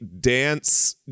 dance